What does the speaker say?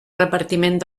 repartiment